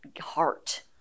heart